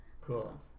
Cool